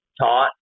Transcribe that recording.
taught